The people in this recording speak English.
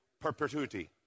Perpetuity